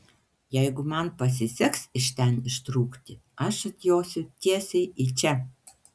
jeigu man pasiseks iš ten ištrūkti aš atjosiu tiesiai į čia